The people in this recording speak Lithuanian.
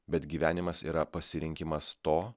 bet gyvenimas yra pasirinkimas to